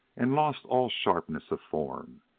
and lost all sharpness of form.